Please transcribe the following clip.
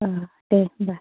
अ दे होनबा